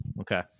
Okay